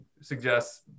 suggests